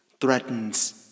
threatens